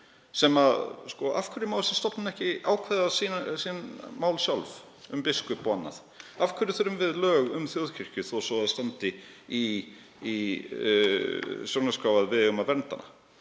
segir. Af hverju má þessi stofnun ekki ákveða sín mál sjálf, um biskup og annað? Af hverju þurfum við lög um þjóðkirkju þó svo að í stjórnarskrá standi að við eigum að vernda